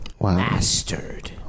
Mastered